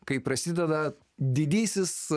kai prasideda didysis